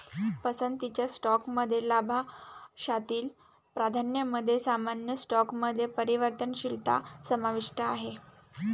पसंतीच्या स्टॉकमध्ये लाभांशातील प्राधान्यामध्ये सामान्य स्टॉकमध्ये परिवर्तनशीलता समाविष्ट आहे